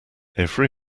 every